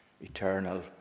eternal